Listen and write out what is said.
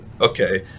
okay